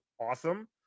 awesome